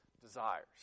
desires